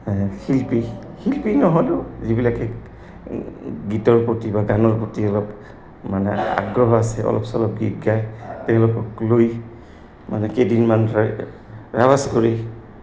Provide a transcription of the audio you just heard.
শিল্পী শিল্পী নহ'লেও যিবিলাকে গীতৰ প্ৰতি বা গানৰ প্ৰতি অলপ মানে আগ্ৰহ আছে অলপ চলপ গীত গায় তেওঁলোকক লৈ মানে কেইদিনমান ধৰি ৰেৱাজ কৰে